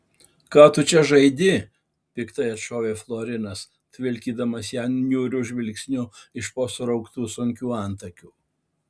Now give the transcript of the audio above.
ką tu čia žaidi piktai atšovė florinas tvilkydamas ją niūriu žvilgsniu iš po surauktų antakių